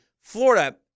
Florida